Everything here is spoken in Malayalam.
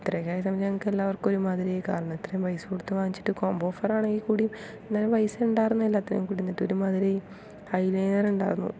ഇത്രയൊക്കെയായ സമയം ഞങ്ങൾക്ക് എല്ലാവർക്കും ഒരുമാതിരിയായി കാരണം ഇത്ര പൈസ കൊടുത്ത് വാങ്ങിച്ചട്ട് കോംബോ ഓഫർ ആണെങ്കിൽ കൂടിയും എന്നാലും പൈസ ഉണ്ടായിരുന്നില്ല എല്ലാത്തിനും കൂടി എന്നിട്ട് ഒരുമാതിരി ഐ ലൈനർ ഉണ്ടായിരുന്നു